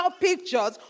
pictures